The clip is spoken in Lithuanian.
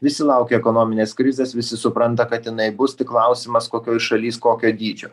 visi laukia ekonominės krizės visi supranta kad jinai bus tik klausimas kokioj šaly kokio dydžio